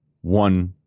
one